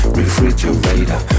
refrigerator